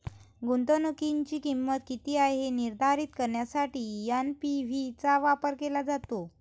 गुंतवणुकीची किंमत किती आहे हे निर्धारित करण्यासाठी एन.पी.वी चा वापर केला जातो